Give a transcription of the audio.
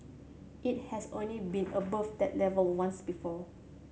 it has only been above that level once before